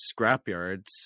scrapyards